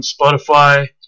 Spotify